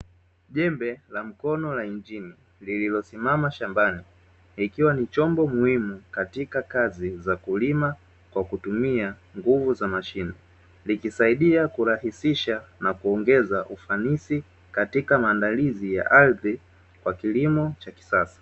Jembe la mkono la injini, lililosimama shambani likiwa ni chombo muhimu, katika kazi za kulima kwa kutumia nguvu za mashine. Likisaidia kurahisisha na kuongeza ufanisi, katika maandalizi ya ardhi kwa kilimo cha kisasa.